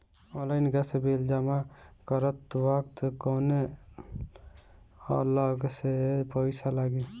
Online gas bill जमा करत वक्त कौने अलग से पईसा लागी?